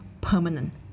permanent